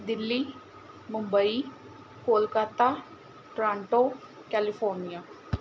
Delhi Mumbai Kolkata Toronto California